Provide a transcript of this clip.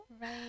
Right